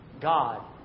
God